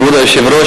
כבוד היושב-ראש,